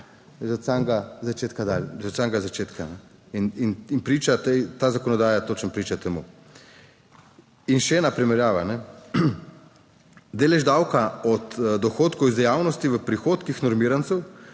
že od samega začetka in priča, ta zakonodaja točno priča temu. In še ena primerjava: delež davka od dohodkov iz dejavnosti v prihodkih normirancev